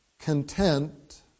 content